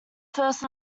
first